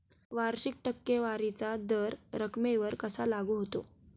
वार्षिक टक्केवारीचा दर रकमेवर कसा लागू होतो?